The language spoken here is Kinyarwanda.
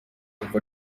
kuva